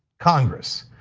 congress,